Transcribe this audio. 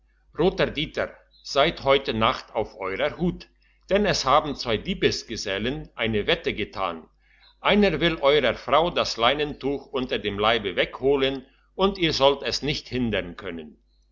roter dieter seid heute nacht auf eurer hut denn es haben zwei diebsgesellen eine wette getan einer will eurer frau das leintuch unter dem leibe weg holen und ihr sollt es nicht hindern können